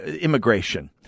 Immigration